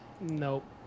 Nope